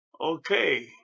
Okay